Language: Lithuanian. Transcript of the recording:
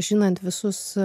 žinant visus